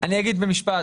אני אגיד משפט.